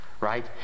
Right